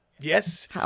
Yes